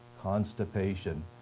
constipation